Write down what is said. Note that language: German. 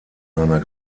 seiner